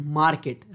market